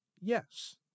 Yes